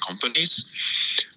companies